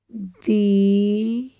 ਦੀ